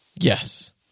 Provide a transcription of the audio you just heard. Yes